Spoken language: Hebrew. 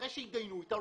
אחרי שהתדיינו איתה,